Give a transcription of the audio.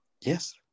Yes